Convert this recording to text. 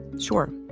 sure